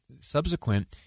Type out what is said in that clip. subsequent